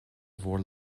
bhur